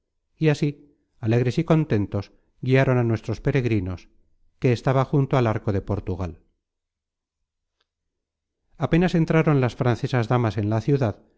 y así alegres y contentos guiaron á nuestros peregrinos que estaba junto al arco de portugal apenas entraron las francesas damas en la ciudad